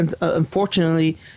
Unfortunately